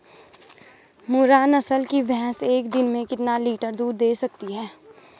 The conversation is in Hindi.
मुर्रा नस्ल की भैंस एक दिन में कितना लीटर दूध दें सकती है?